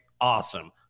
Awesome